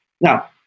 Now